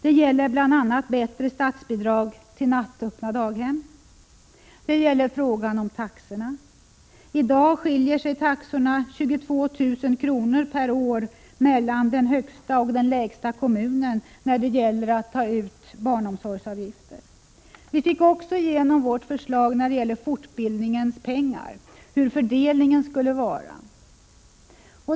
Det gäller bl.a. bättre statsbidrag till nattöppna daghem. Det gäller också frågan taxorna. I dag skiljer det 22 000 kr. per år mellan kommunen med den högsta och kommunen med den lägsta barnomsorgsavgiften. Vi fick också igenom vårt förslag när det gäller fördelningen av pengarna till fortbildningen.